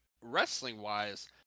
wrestling-wise